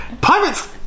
Pirates